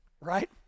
right